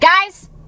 Guys